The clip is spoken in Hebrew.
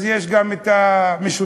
אז יש גם דבר משותף.